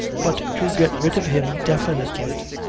but to get rid of him definitely.